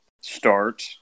start